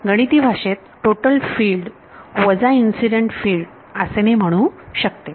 गणिती भाषेत total field वजा इन्सिडेंट फिल्ड असे मी म्हणू शकते